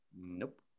Nope